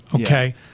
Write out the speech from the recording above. okay